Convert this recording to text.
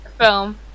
film